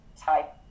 type